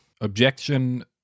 objection